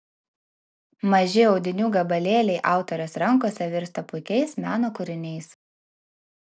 maži audinių gabalėliai autorės rankose virsta puikiais meno kūriniais